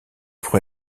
pour